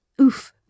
Oof